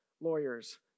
Lawyers